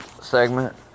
segment